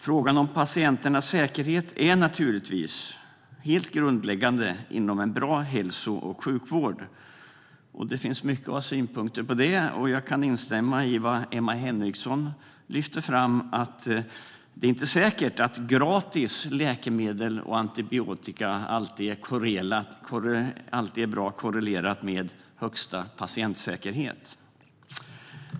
Frågan om patienternas säkerhet är naturligtvis helt grundläggande inom en bra hälso och sjukvård. Det finns många synpunkter att ha på det. Jag kan instämma i vad Emma Henriksson lyfte fram. Det är inte säkert att gratis läkemedel och antibiotika alltid är bra korrelerat med högsta patientsäkerhet.